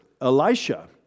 Elisha